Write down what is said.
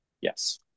yes